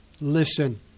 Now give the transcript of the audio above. Listen